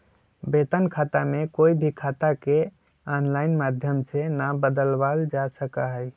वेतन खाता में कोई भी खाता के आनलाइन माधम से ना बदलावल जा सका हई